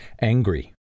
angry